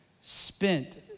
spent